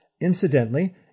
Incidentally